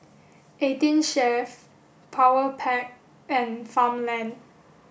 Eighteen Chef Powerpac and Farmland